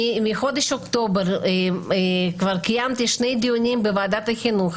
מחודש אוקטובר כבר קיימתי שני דיונים בוועדת החינוך,